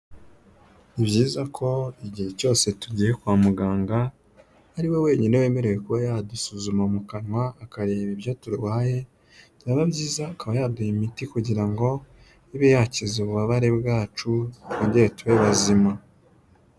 Ni byiza ko igihe cyose tugiye kwa muganga ariwe wenyine wemerewe kuba yadusuzuma mu kanwa akareba ibyo turwaye byaba byiza akaba yaduha imiti kugira ngo ibe yakiza ububabare bwacu twongere tube bazima.